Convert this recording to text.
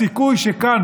הסיכוי שכאן,